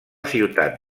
ciutat